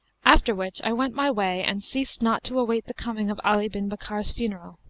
after which i went my way and ceased not to await the coming of ali bin bakkar's funeral.